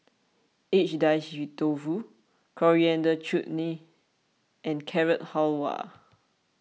Agedashi Dofu Coriander Chutney and Carrot Halwa